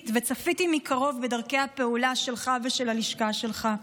מקרוב בדרכי הפעולה שלך ושל הלשכה שלך.